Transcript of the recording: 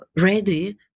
ready